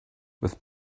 with